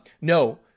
No